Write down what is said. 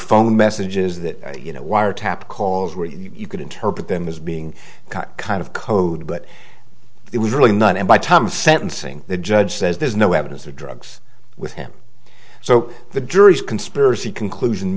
phone messages that you know wiretap calls where you could interpret them as being kind of code but it was really not and by tom sentencing the judge says there's no evidence of drugs with him so the jury's conspiracy conclusion